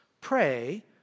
pray